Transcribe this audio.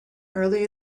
early